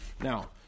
Now